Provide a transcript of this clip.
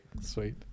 sweet